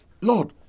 Lord